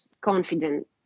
confident